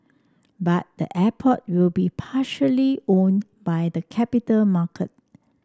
but the airport will be partially owned by the capital market